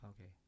Okay